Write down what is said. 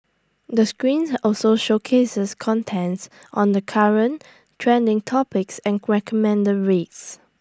the screen also showcases contents on the current trending topics and recommended reads